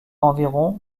environ